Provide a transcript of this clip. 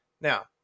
Now